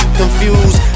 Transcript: confused